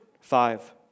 Five